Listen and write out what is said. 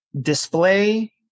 display